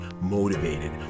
motivated